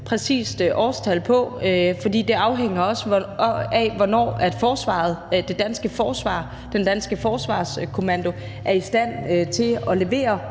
præcist årstal på, for det afhænger også af, hvornår det danske forsvar, den danske forsvarskommando er i stand til at levere